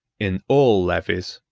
in all levies,